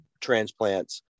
transplants